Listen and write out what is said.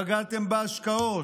פגעתם בהשקעות,